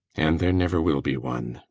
and there never will be one